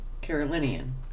Carolinian